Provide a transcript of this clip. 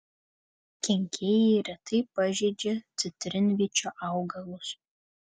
kenkėjai retai pažeidžia citrinvyčio augalus